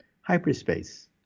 Hyperspace